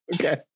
Okay